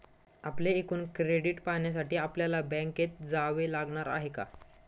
आपले एकूण क्रेडिट पाहण्यासाठी आपल्याला बँकेत जावे लागणार आहे का?